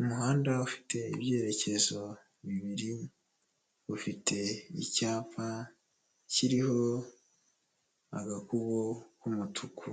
Umuhanda ufite ibyerekezo bibiri, ufite icyapa kiriho agakubo k'umutuku,